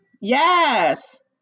Yes